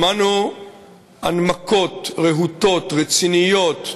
שמענו הנמקות רהוטות, רציניות,